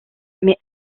mais